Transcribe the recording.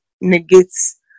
negates